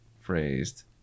phrased